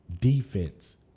defense